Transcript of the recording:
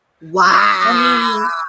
Wow